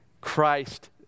Christ